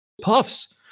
puffs